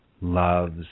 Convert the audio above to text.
loves